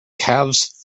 calves